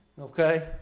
Okay